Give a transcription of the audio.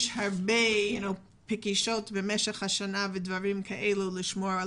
יש הרבה פגישות במשך השנה כדי לשמור על